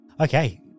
Okay